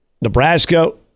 Nebraska